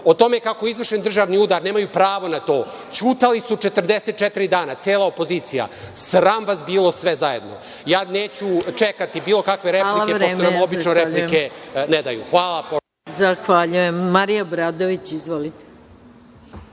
o tome kako je izvršen državni udar, nemaju pravo na to. Ćutali su 44 dana, cela opozicija. Sram vas bilo sve zajedno! Ja neću čekati bilo kakve replike pošto nam obično replike ne daju. Hvala. **Maja Gojković**